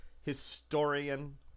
historian